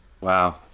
Wow